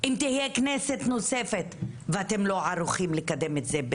אם תהיה כנסת נוספת ואתם לא ערוכים לקדם את זה.